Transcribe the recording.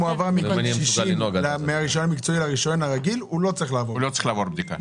אם הוא עבר מהרישיון המקצועי לרישיון הרגיל הוא לא צריך לעבור בדיקה?